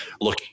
look